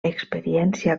experiència